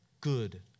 good